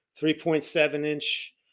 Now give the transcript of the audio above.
3.7-inch